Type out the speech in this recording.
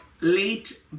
late